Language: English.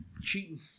Cheating